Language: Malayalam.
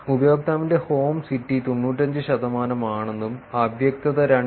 ഉപയോക്താവിന്റെ ഹോം സിറ്റി 95 ശതമാനമാണെന്നും അവ്യക്തത 2